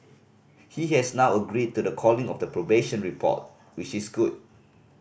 he has now agreed to the calling of the probation report which is good